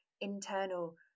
internal